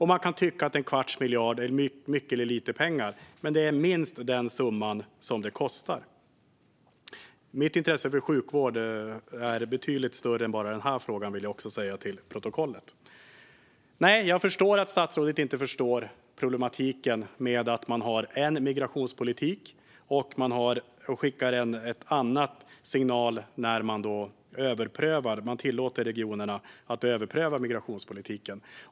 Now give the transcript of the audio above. Man kan tycka att en kvarts miljard är mycket eller lite pengar, men det är minst denna summa som det kostar. Mitt intresse för sjukvård är betydligt större än bara denna fråga, vill jag också säga för protokollets skull. Jag förstår att statsrådet inte förstår problematiken i att ha en migrationspolitik men skicka en annan signal genom att tillåta regionerna att överpröva denna politik.